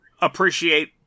appreciate